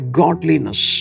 godliness